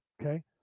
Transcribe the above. Okay